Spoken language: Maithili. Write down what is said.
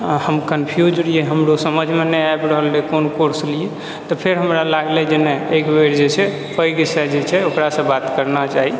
हम कंफ्यूज रहियै हमरो समझमे नहि आबि रहल रहै कोन कोर्स लियै तऽ फेर हमरा लागलै जे नहि एक बेर जे छै पैघ जे छै ओकरासँ बात करनाय चाही